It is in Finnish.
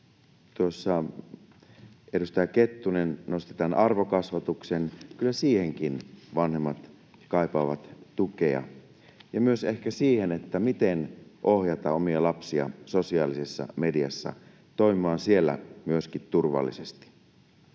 tuossa edustaja Kettunen nosti tämän arvokasvatuksen, niin kyllä siihenkin vanhemmat kaipaavat tukea, ja ehkä myös siihen, miten ohjata omia lapsiaan sosiaalisessa mediassa toimimaan siellä myöskin turvallisesti.